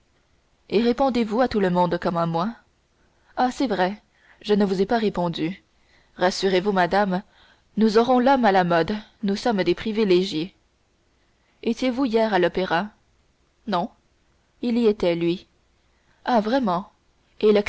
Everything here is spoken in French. et répondez-vous à tout le monde comme à moi ah c'est vrai je ne vous ai pas répondu rassurez-vous madame nous aurons l'homme à la mode nous sommes des privilégiés étiez-vous hier à l'opéra non il y était lui ah vraiment